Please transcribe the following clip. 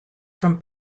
from